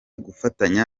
gufatanya